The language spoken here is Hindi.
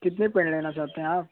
कितने पेड़ लेना चाहते हैं आप